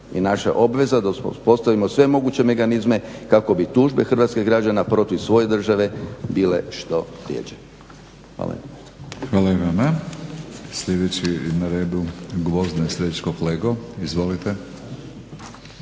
I naša je obaveza da uspostavimo sve moguće mehanizme kako bi tužbe hrvatskih građana protiv svoje države bile što rjeđe. Hvala.